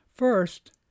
First